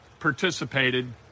participated